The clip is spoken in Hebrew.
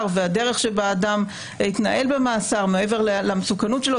והדרך שבה אדם התנהל במאסר מעבר למסוכנות שלו.